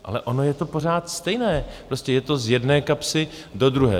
Ale ono je to pořád stejné, prostě je to z jedné kapsy do druhé.